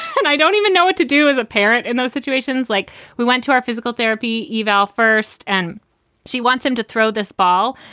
and i don't even know what to do as a parent in those situations. like we went to our physical therapy eval first and she wants him to throw this ball.